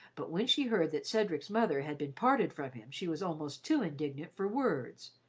but when she heard that cedric's mother had been parted from him she was almost too indignant for words.